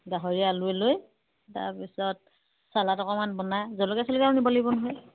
গাহৰিয়ে আলুৱৈ লৈ তাৰপিছত চালাড অকণমান বনাই জলকীয়া চলকীয়া নিব লাগিব নহয়